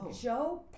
Joe